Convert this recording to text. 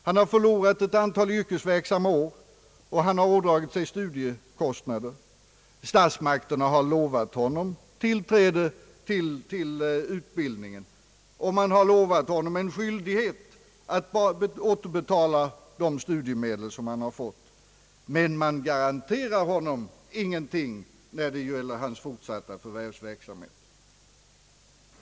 Han har förlorat ett antal yrkesverksamma år, och han har ådragit sig studieskulder. Statsmakterna har lovat honom tillträde till utbildningen och ålagt honom en skyldighet att återbetala de studiemedel som han har fått, men man garanterar honom ingenting när det gäller hans fortsatta förvärvsverksamhet.